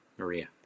Maria